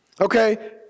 okay